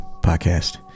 podcast